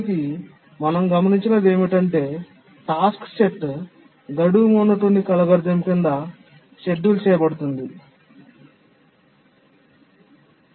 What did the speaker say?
చివరికి మనం గమనించినది ఏమిటంటే టాస్క్ సెట్ గడువు మోనోటోనిక్ అల్గోరిథం క్రింద షెడ్యూల్ చేయబడుతుంది